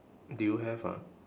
do you have ah